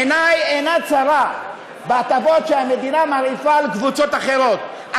עיני אינה צרה בהטבות שהמדינה מרעיפה על קבוצות אחרות,